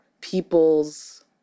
people's